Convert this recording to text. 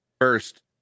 First